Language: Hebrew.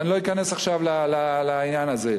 ואני לא אכנס עכשיו לעניין הזה.